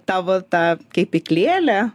tavo tą kepyklėlę